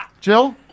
Jill